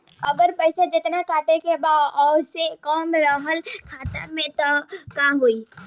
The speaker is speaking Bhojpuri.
अगर पैसा जेतना कटे के बा ओसे कम रहल खाता मे त का होई?